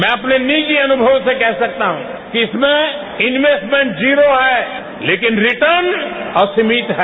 मैं अपने निजी अनुभव से कह सकता हूं कि इसमें इन्वेस्टमेंट जीरो है लेकिन रिटर्न असीमित है